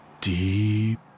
Deep